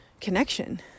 Connection